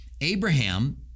Abraham